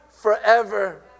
forever